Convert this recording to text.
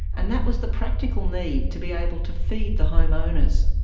and that was the practical need to be able to feed the home owners.